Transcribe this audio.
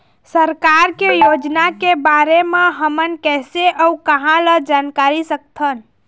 सरकार के योजना के बारे म हमन कैसे अऊ कहां ल जानकारी सकथन?